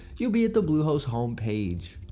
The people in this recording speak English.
you'll be at the bluehost home page.